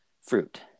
fruit